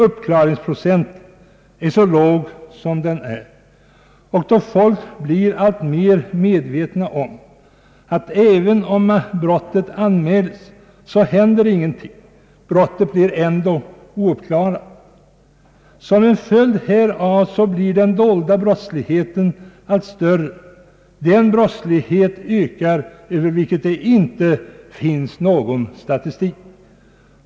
Uppklaringsprocenten är mycket låg och folk blir alltmer medvetna om att ingenting händer även om brottet anmäls — brottet blir ändå ouppklarat. Som en följd härav blir den dolda brottsligheten allt större. Den brottslighet ökar över vilken inte finns någon statistik.